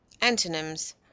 Antonyms